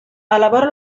elabora